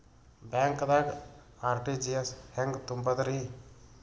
ಬ್ಯಾಂಕ್ದಾಗ ಆರ್.ಟಿ.ಜಿ.ಎಸ್ ಹೆಂಗ್ ತುಂಬಧ್ರಿ?